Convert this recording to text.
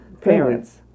parents